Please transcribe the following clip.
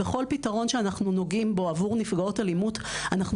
בכל פתרון שאנחנו נוגעים בו עבור נפגעות אלימות אנחנו